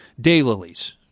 Daylilies